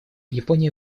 япония